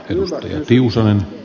arvoisa puhemies